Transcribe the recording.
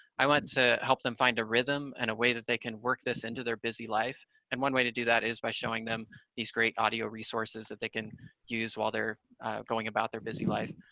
i want to help them find a rhythm and a way that they can work this into their busy life and one way to do that is by showing them these great audio resources that they can use while they're going about their busy life.